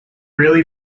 really